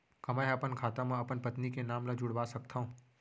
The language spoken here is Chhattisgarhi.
का मैं ह अपन खाता म अपन पत्नी के नाम ला जुड़वा सकथव?